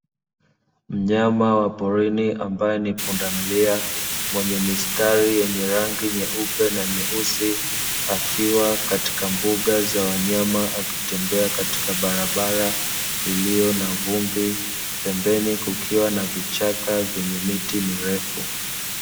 Mnyama wa porini ambaye ni pundamilia mwenye mistali yenye rangi nyeupe na nyeusi, akiwa katika mbuga za wanyama akitembea katika barabara iliyo na vumbi pembeni kukiwa na vichaka vyenye miti mirefu.